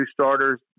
starters